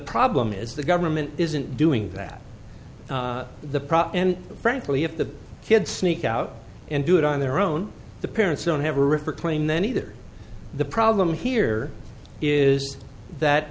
problem is the government isn't doing that the prop and frankly if the kids sneak out and do it on their own the parents don't have a river claim then either the problem here is that